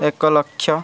ଏକଲକ୍ଷ